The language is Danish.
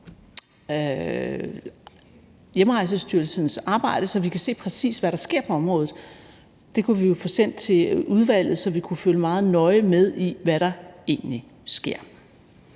Hjemrejsestyrelsens arbejde, så vi kan se, præcis hvad der sker på området. Det kunne vi jo få sendt til udvalget, så vi kunne følge meget nøje med i, hvad der egentlig sker.